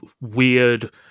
weird